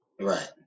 Right